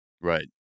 Right